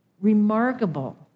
remarkable